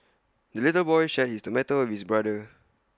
the little boy shared his tomato with his brother